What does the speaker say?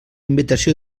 invitació